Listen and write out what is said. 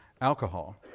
alcohol